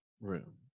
room